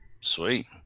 Sweet